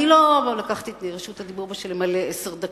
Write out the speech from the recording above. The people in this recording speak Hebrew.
אני לא לקחתי את רשות הדיבור בשביל למלא עשר דקות.